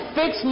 fix